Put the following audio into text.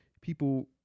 people